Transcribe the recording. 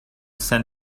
san